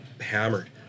hammered